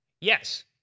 Yes